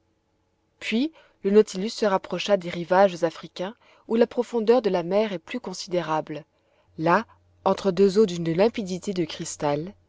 puis le nautilus se rapprocha des rivages africains où la profondeur de la mer est plus considérable là entre deux eaux d'une limpidité de cristal